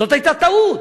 זאת היתה טעות.